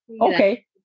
okay